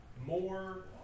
more